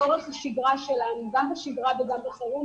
גם בשגרה וגם בחירום,